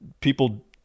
people